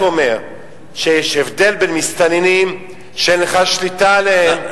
אני רק אומר שיש הבדל בין מסתננים שאין לך שליטה עליהם,